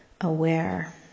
aware